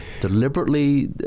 deliberately